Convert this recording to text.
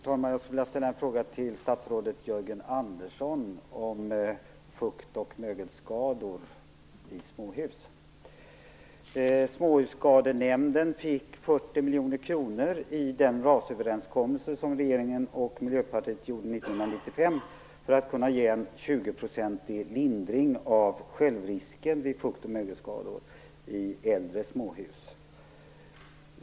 Herr talman! Jag vill ställa en fråga om fukt och mögelskador i småhus till statsrådet Jörgen Andersson. Miljöpartiet träffade 1995, för att kunna ge 20 % i lindring av självrisken vid fukt och mögelskador i äldre småhus.